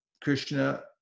Krishna